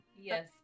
Yes